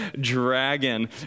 dragon